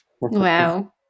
Wow